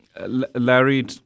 Larry